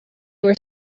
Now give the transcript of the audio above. were